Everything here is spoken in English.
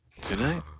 tonight